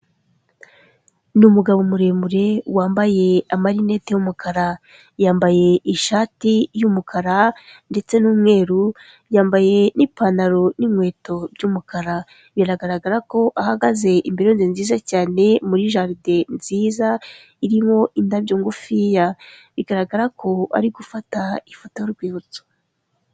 Ni umugabo muremure, wambaye amarineti y'umukara, yambaye ishati y'umukara ndetse n'umweru, yambaye n'ipantaro, n'inkweto by'umukara. Biragaragara ko ahagaze imbere y'inzu nziza cyane, muri jaride nziza irimo indabyo ngufiya. Bigaragara ko ari gufata ifoto y'urwibutso.